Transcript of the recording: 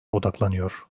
odaklanıyor